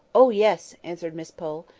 oh, yes! answered miss pole.